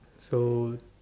so